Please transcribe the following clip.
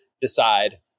decide